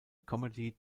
comedy